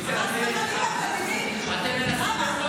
אתם מדברים